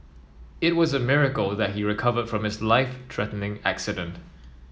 it was a miracle that he recovered from his life threatening accident